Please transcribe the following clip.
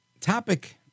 topic